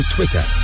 Twitter